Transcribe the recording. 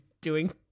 doing-